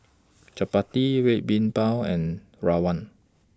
Chappati Red Bean Bao and Rawon